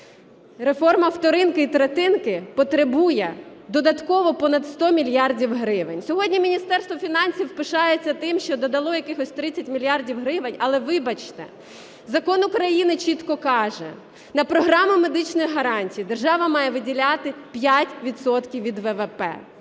Реформа вторинки і третинки потребує додатково понад 100 мільярдів гривень. Сьогодні Міністерство фінансів пишається тим, що додало якихось 30 мільярдів гривень, але вибачте, закон України чітко каже, на програму медичних гарантій держава має виділяти 5 відсотків